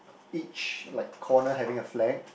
each like corner having a flag